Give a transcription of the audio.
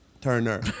Turner